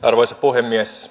arvoisa puhemies